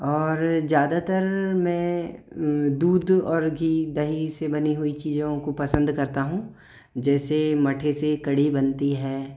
और ज़्यादातर मैं दूध और घी दही से बनी हुई चीज़ों को पसंद करता हूँ जैसे मठे से कड़ी बनती है